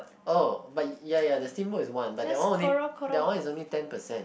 oh but ya ya the steamboat is one but that one only that one is only ten percent